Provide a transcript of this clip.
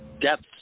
depth